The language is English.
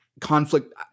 conflict